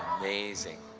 amazing,